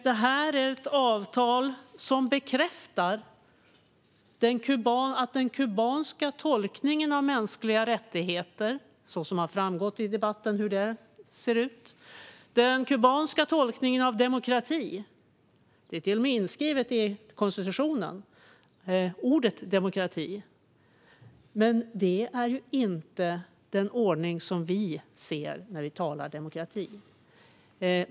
Det är ett avtal som bekräftar den kubanska tolkningen av mänskliga rättigheter - det har framgått i debatten hur den ser ut. Avtalet bekräftar den kubanska tolkningen av demokrati - ordet "demokrati" finns till och med inskrivet i konstitutionen, men det är inte fråga om den ordning som vi ser framför oss när vi talar om demokrati.